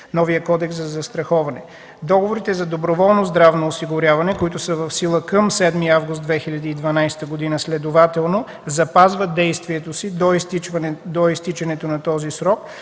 новия Кодекс за застраховането. Договорите за доброволно здравно осигуряване, които са в сила към 7 август 2012 г., следователно запазват действието си до изтичането на този срок,